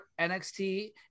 NXT